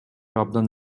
абдан